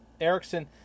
Erickson